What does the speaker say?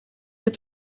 het